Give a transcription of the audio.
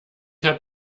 hat